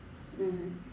mm